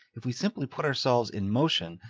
if we simply put ourselves in motion,